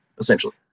essentially